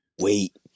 Wait